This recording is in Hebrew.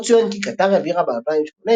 עוד צוין כי קטאר העבירה ב-2018,